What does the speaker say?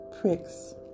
pricks